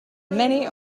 many